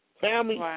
Family